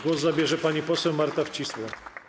Głos zabierze pani poseł Marta Wcisło.